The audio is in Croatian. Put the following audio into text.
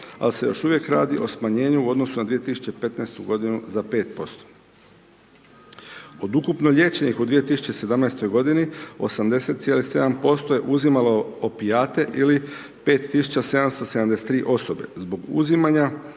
pa se još uvijek radi o smanjenju u odnosu na 2015. g. za 5%. Od ukupno liječenih u 2017. g. 80,7% je uzimalo opijate ili 5773 osobe zbog uzimanja